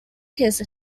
his